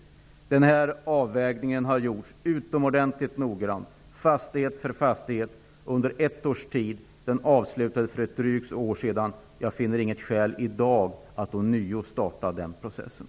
Denna avvägning har gjorts utomordentligt noggrant -- fastighet för fastighet -- under ett års tid och avslutades för drygt ett år sedan. Jag finner inget skäl i dag att ånyo starta den processen.